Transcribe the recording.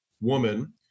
woman